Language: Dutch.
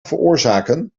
veroorzaken